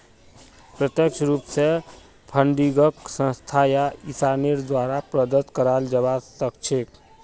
प्रत्यक्ष रूप स फंडिंगक संस्था या इंसानेर द्वारे प्रदत्त कराल जबा सख छेक